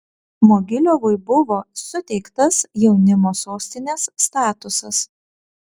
mogiliovui buvo suteiktas jaunimo sostinės statusas